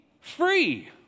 free